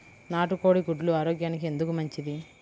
నాటు కోడి గుడ్లు ఆరోగ్యానికి ఎందుకు మంచిది?